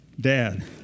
Dad